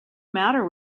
matter